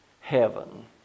heaven